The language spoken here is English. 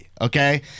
Okay